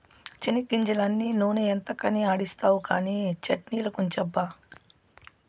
చెనిగ్గింజలన్నీ నూనె ఎంతకని ఆడిస్తావు కానీ చట్ట్నిలకుంచబ్బా